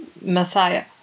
Messiah